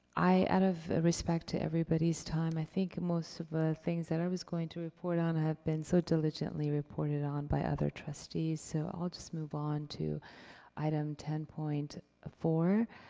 i, out of respect to everybody's time, i think most of the ah things that i was going to report on have been so diligently reported on by other trustees, so i'll just move on to item ten point four,